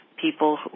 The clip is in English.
people